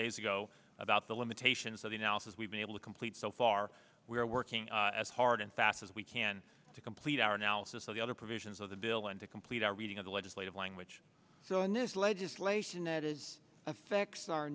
days ago about the limitations that he now says we've been able to complete so far we're working as hard and fast as we can to complete our analysis of the other provisions of the bill and to complete our reading of the legislative language so in this legislation that is affects our